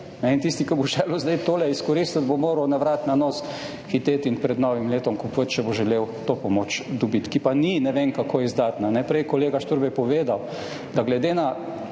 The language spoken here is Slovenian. tisti, ki bo želel sedaj tole izkoristiti, bo moral na vrat na nos hiteti in pred novim letom kupovati, če bo želel to pomoč dobiti, ki pa ni ne vem kako izdatna. Prej je kolega Šturbej povedal, da glede na